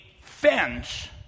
fence